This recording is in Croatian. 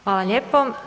Hvala lijepo.